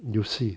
you see